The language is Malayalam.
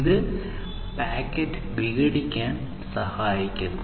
ഇത് പാക്കറ്റ് വിഘടിക്കാൻ സഹായിക്കുന്നു